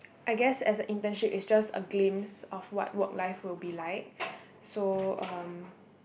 I guess as a internship it's just a glimpse of what work life would be like so um